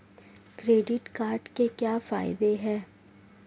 Credit card के क्या फायदे हैं?